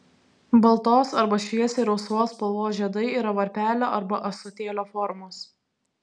baltos arba šviesiai rausvos spalvos žiedai yra varpelio arba ąsotėlio formos